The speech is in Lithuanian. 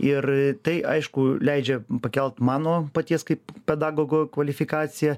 ir tai aišku leidžia pakelt mano paties kaip pedagogo kvalifikaciją